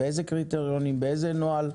באיזה קריטריונים, באיזה נוהל?